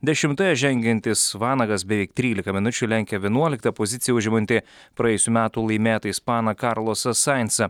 dešimtoje žengiantis vanagas beveik trylika minučių lenkia vienuoliktą poziciją užimantį praėjusių metų laimėtą ispaną karlosą saintsą